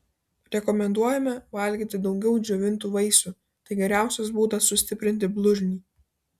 rekomenduojame valgyti daugiau džiovintų vaisių tai geriausias būdas sustiprinti blužnį